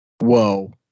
Whoa